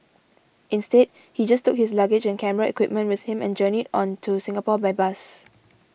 instead he just took his luggage and camera equipment with him and journeyed on to Singapore by bus